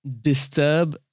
disturb